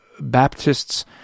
Baptists